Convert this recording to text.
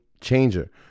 changer